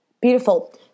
beautiful